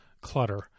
clutter